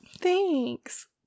Thanks